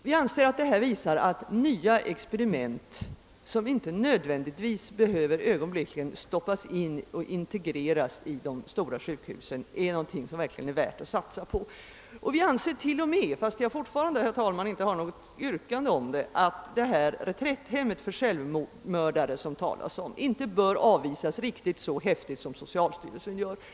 Vi anser att detta visar att nya experiment, som inte nödvändigtvis behöver ögonblickligen integreras med de stora sjukhusens verksamhet, är någon ting som verkligen är värt att satsa på. Vi anser t.o.m. — men jag har fortfarande, herr talman, inte något yrkande härvidlag — att detta reträtthem för självmördare inte bör avvisas riktigt så häftigt som socialstyrelsen gör.